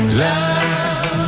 love